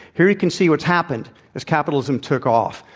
here, you can see what's happened as capitalism took off.